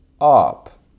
up